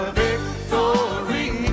victory